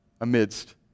amidst